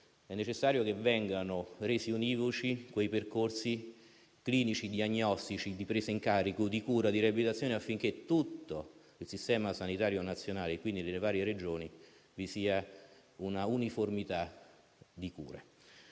è necessario che vengano resi univoci i percorsi clinici e diagnostici di presa in carico, cura e riabilitazione, affinché in tutto il Sistema sanitario nazionale - e, quindi, nelle varie Regioni - vi sia un'uniformità di cure.